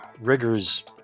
Rigger's